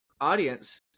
audience